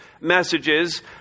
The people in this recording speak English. messages